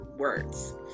words